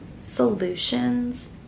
solutions